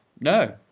No